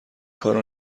کارو